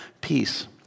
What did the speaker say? peace